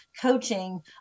coaching